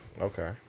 Okay